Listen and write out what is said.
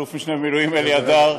אלוף משנה במילואים אלי הדר,